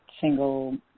single